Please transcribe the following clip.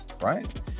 right